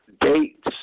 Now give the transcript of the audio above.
dates